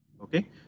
okay